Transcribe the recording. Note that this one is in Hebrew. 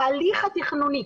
ההליך התכנוני,